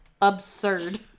absurd